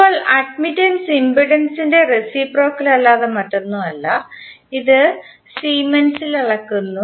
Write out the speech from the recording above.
ഇപ്പോൾ അട്മിറ്റെൻസ് ഇംപെഡൻസിന്റെ റേസിപ്രോക്കൽ അല്ലാതെ മറ്റൊന്നുമല്ല ഇത് സീമെൻസിൽ അളക്കുന്നു